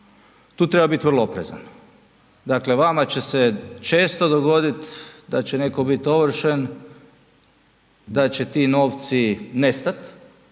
tu treba bit vrlo oprezan. Dakle vama će se često dogodit da će netko bit ovršen, da će ti novci nestat